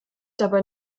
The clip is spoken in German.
dabei